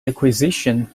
acquisition